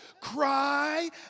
Cry